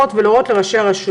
אבל לא נותר לו הרבה זמן.